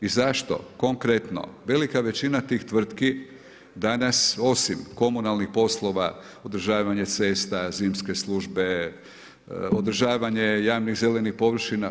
I zašto konkretno velika većina tih tvrtki danas osim komunalnih poslova, održavanje cesta, zimske službe, održavanje javnih zelenih površina.